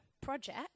project